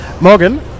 Morgan